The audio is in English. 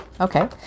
Okay